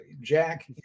Jack